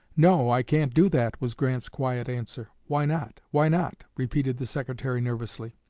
no, i can't do that, was grant's quiet answer. why not? why not? repeated the secretary nervously.